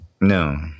No